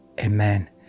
Amen